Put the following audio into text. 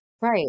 Right